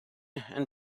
and